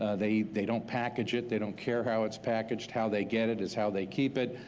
ah they they don't package it, they don't care how it's packaged, how they get it is how they keep it.